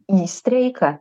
į streiką